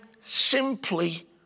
simply